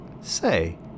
Say